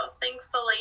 thankfully